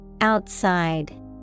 Outside